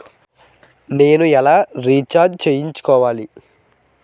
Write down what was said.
నేను ఎలా రీఛార్జ్ చేయించుకోవాలి?